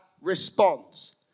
response